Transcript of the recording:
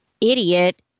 idiot